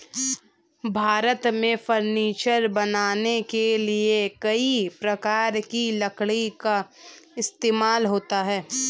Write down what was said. भारत में फर्नीचर बनाने के लिए कई प्रकार की लकड़ी का इस्तेमाल होता है